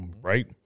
Right